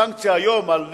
הסנקציה היום על נסיעה,